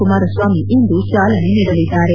ಕುಮಾರಸ್ವಾಮಿ ಇಂದು ಚಾಲನೆ ನೀಡಲಿದ್ದಾರೆ